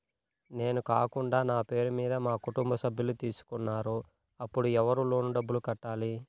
నేను కాకుండా నా పేరు మీద మా కుటుంబ సభ్యులు తీసుకున్నారు అప్పుడు ఎవరు లోన్ డబ్బులు కట్టాలి?